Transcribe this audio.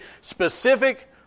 specific